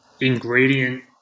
ingredient